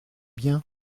bien